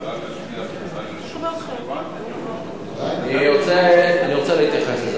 אני רוצה להתייחס לזה,